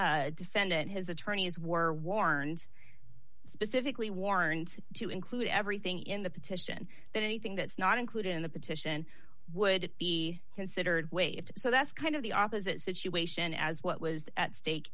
s defendant his attorneys were warned specifically warned to include everything in the petition that anything that's not included in the petition would be considered waived so that's kind of the opposite situation as what was at stake